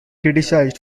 criticized